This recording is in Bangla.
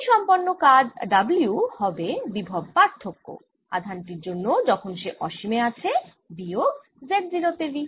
সেই সম্পন্ন কাজ W হবে বিভব পার্থক্য আধান টির জন্য যখন সে অসীমে আছে বিয়োগ z0 তে V